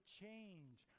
change